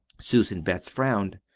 susan betts frowned.